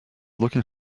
looking